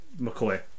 McCoy